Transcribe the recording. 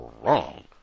wrong